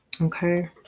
okay